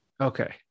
okay